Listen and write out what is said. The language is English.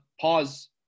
pause